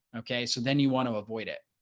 okay, so then you want to avoid it.